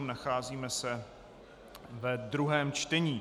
Nacházíme se ve druhém čtení.